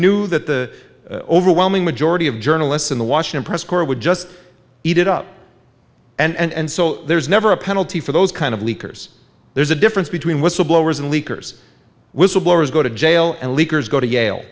knew that the overwhelming majority of journalists in the washington press corps would just eat it up and so there's never a penalty for those kind of leakers there's a difference between whistleblowers and leakers whistleblowers go to jail and leakers go to jail